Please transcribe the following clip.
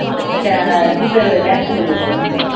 sir GPay cash on delivery பண்ணுறேன் sir